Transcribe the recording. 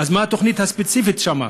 אז מה התוכנית הספציפית שם?